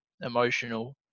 emotional